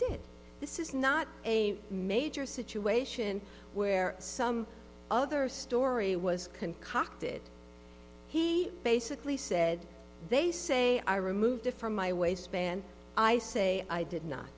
did this is not a major situation where some other story was concocted he basically said they say i removed it from my waistband i say i did not